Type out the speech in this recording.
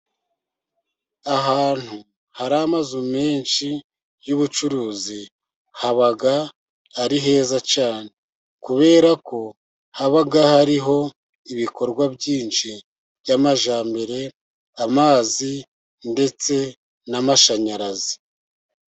Ahantu hari amazu menshi y'ubucuruzi haba ari heza cyane. Kubera ko haba hariho ibikorwa byinshi by'amajyambere amazi ndetse n'amashanyarazi.